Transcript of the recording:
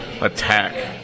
attack